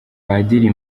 padiri